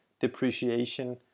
depreciation